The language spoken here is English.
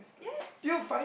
yes